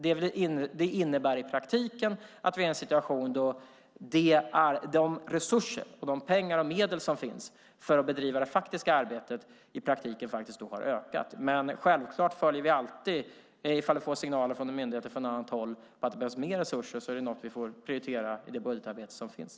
Det innebär att de resurser, pengar och medel som finns för att bedriva det faktiska arbetet i praktiken har ökat. Men självklart lyssnar vi alltid på de signaler vi får från en myndighet eller från något annat håll om att det behövs mer resurser. Det är då något vi får prioritera i det budgetarbete som finns.